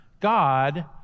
God